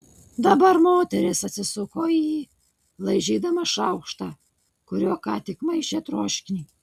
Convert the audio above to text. dabar moteris atsisuko į jį laižydama šaukštą kuriuo ką tik maišė troškinį